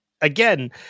again